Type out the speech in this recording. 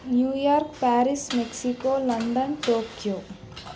New York Paris Mexico London Tokyo